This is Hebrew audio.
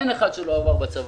אין אחד שלא עבר בצבא.